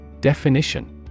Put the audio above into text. Definition